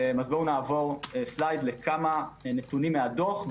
כמה נתונים מהדוח.